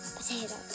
potato